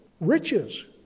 Riches